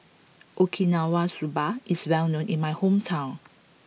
Okinawa Soba is well known in my hometown